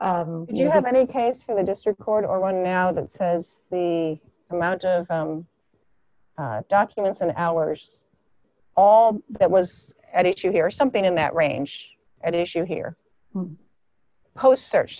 s you have any case for the district court or one now that says the amount of documents and hours all that was at it you hear something in that range at issue here post search